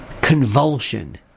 convulsion